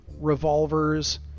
revolvers